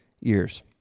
years